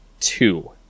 two